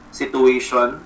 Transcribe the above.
situation